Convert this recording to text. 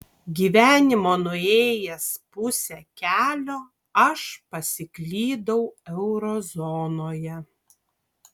gyvenimo nuėjęs pusę kelio aš pasiklydau eurozonoje